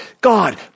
God